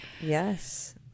Yes